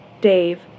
dave